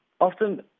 often